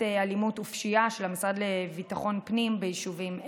אלימות ופשיעה של המשרד לביטחון פנים ביישובים אלו.